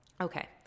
Okay